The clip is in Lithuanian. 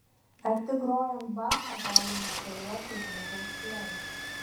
ar tik grojant bachą galima apeliuoti į žmogaus sielą